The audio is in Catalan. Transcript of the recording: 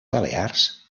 balears